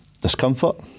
discomfort